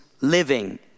living